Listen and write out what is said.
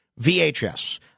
VHS